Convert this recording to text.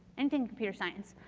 and in computer science,